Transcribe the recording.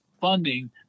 funding